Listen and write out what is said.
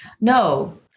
No